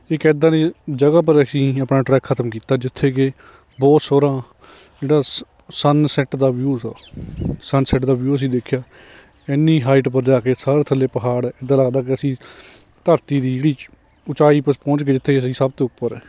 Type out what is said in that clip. ਇੱਕ ਐਂਦਾਂ ਦੀ ਜਗ੍ਹਾ ਪਰ ਅਸੀਂ ਆਪਣਾ ਟਰੈਕ ਖਤਮ ਕੀਤਾ ਜਿੱਥੇ ਕਿ ਬਹੁਤ ਸੋਹਣਾ ਜਿਹੜਾ ਸ ਸੰਨ ਸੈੱਟ ਦਾ ਵਿਊਜ ਸੰਨ ਸੈਟ ਦਾ ਵਿਊ ਅਸੀਂ ਦੇਖਿਆ ਇੰਨੀ ਹਾਈਟ ਉੱਪਰ ਜਾ ਕੇ ਸਾਰੇ ਥੱਲੇ ਪਹਾੜ ਇੱਦਾਂ ਲੱਗਦਾ ਕਿ ਅਸੀਂ ਧਰਤੀ ਦੀ ਜਿਹੜੀ ਉੱਚਾਈ ਪਰ ਪਹੁੰਚ ਗਏ ਜਿੱਥੇ ਅਸੀਂ ਸਭ ਤੋਂ ਉੱਪਰ